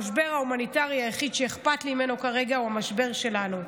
המשבר ההומניטרי היחיד שאכפת לי ממנו כרגע הוא המשבר שלנו.